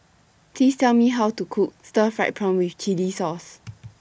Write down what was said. Please Tell Me How to Cook Stir Fried Prawn with Chili Sauce